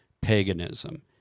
paganism